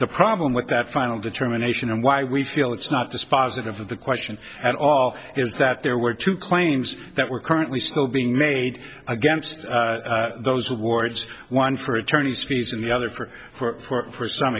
the problem with that final determination and why we feel it's not dispositive of the question at all is that there were two claims that were currently still being made against those awards one for attorney's fees and the other for for some